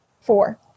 Four